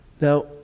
Now